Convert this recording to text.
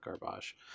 garbage